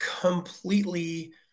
completely